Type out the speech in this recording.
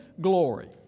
glory